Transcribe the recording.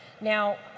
Now